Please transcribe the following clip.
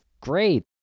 Great